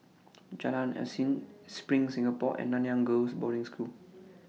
Jalan Yasin SPRING Singapore and Nanyang Girls' Boarding School